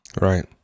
Right